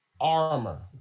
armor